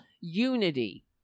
unity